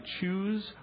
choose